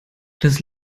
das